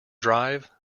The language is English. drive